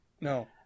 no